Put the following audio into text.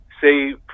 say